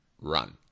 run